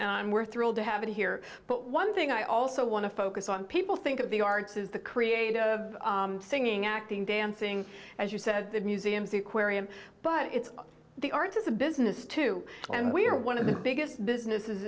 we're thrilled to have it here but one thing i also want to focus on people think of the arts is the creative singing acting dancing as you said the museum seaquarium but it's the art of the business too and we are one of the biggest businesses